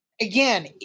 again